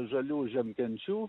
žalių žiemkenčių